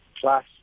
plus